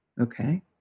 okay